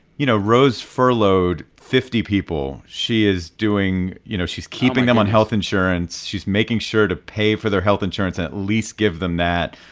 you know, rose furloughed fifty people. she is doing you know, she's keeping them on health insurance. she's making sure to pay for their health insurance and at least give them that.